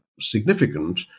significant